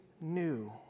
new